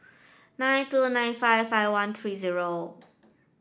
nine two nine five five one three zero